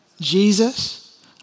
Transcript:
Jesus